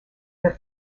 their